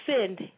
send